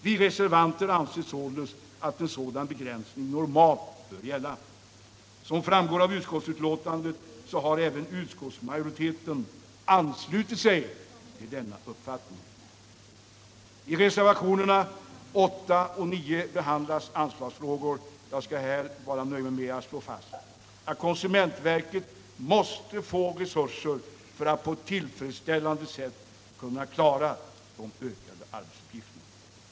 Vi reservanter anser att en sådan begränsning normalt skall gälla, och såsom framgår av utskottsbetänkandet har även utskottsmajoriteten anslutit sig till denna uppfattning. I reservationerna 8 och 9 behandlas anslagsfrågor. Jag skall här nöja mig med att slå fast att konsumentverket måste få resurser för att på ett tillfredsställande sätt kunna fullgöra de ökade arbetsuppgifterna.